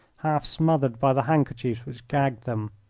half smothered by the handkerchiefs which gagged them.